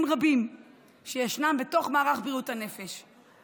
רבים שישנם בתוך מערך בריאות הנפש.